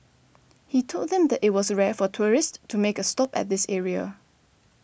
he told them that it was rare for tourists to make a stop at this area